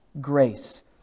grace